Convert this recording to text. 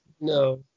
No